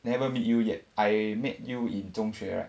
never meet you yet I met you in 中学 right